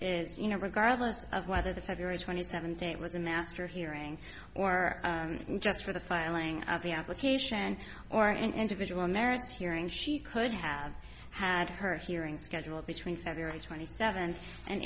is you know regardless of whether the february twenty seventh date was a master hearing or just for the filing of the application or an individual merit hearing she could have had her hearing scheduled between february twenty seventh and